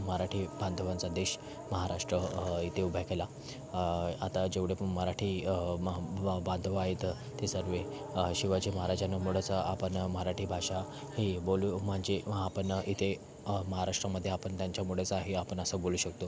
मराठी बांधवांचा देश महाराष्ट्र इथे उभा केला आता जेवढे पण मराठी म बांधव आहेत ते सर्व शिवाजी महाराजांमुळंच आपण मराठी भाषा ही बोलू म्हणजे आपण इथे महाराष्ट्रामध्ये आपण त्यांच्यामुळेच आहे आपण असं बोलू शकतो